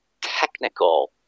technical